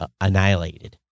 annihilated